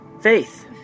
faith